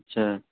اچھا